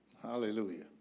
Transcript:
Hallelujah